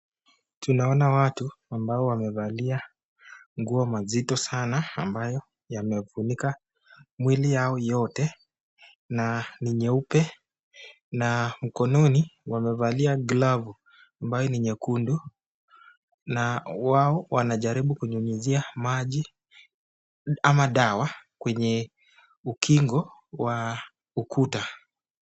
Tunaona watu ambao wamevalia nguo mazito sana ambayo yamefunika mwili yao yote na ni nyeupe na mkononi wamevalia glavu ambaye ni nyekundu na wao wanajaribu kunyunyisia maji ama dawa kwenye ukingo wa ukuta.